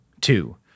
two